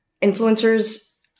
influencers